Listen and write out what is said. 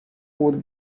would